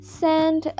send